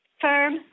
firm